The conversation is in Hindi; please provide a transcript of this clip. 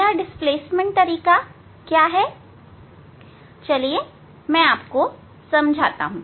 यह डिस्प्लेसमेंट तरीका क्या है मैं आपको समझाता हूं